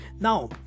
now